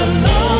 alone